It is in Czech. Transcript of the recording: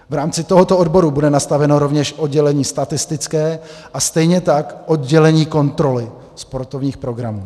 V rámci tohoto odboru bude nastaveno rovněž oddělení statistické a stejně tak oddělení kontroly sportovních programů.